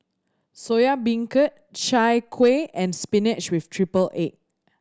Soya Beancurd Chai Kuih and spinach with triple egg